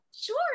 Sure